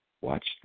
watch